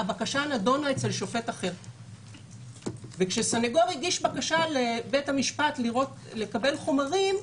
הבקשה נדונו אצל שופט אחר וכשסניגור הגיש בקשה לבית המשפט לקבל חומרים,